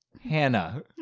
Hannah